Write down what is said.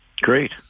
great